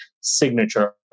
signature